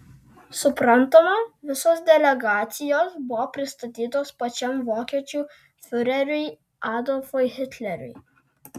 suprantama visos delegacijos buvo pristatytos pačiam vokiečių fiureriui adolfui hitleriui